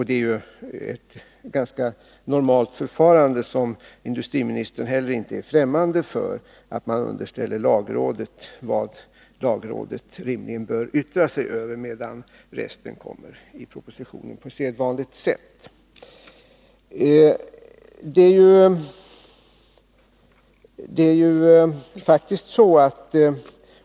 Det är ett ganska normalt förfarande — som industriministern inte heller är främmande för — att man underställer lagrådet vad lagrådet rimligen bör yttra sig över, medan resten på sedvanligt sätt kommer i propositionen.